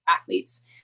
athletes